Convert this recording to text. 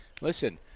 listen